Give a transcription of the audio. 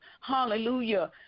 Hallelujah